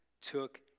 took